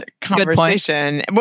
conversation